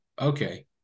okay